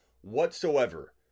whatsoever